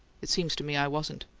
it seems to me i wasn't.